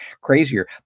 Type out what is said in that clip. crazier